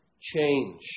change